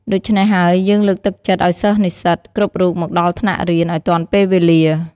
ដូច្នេះហើយ យើងលើកទឹកចិត្តឱ្យសិស្សនិស្សិត គ្រប់រូបមកដល់ថ្នាក់រៀន ឱ្យទាន់ពេលវេលា ។